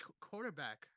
quarterback